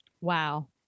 Wow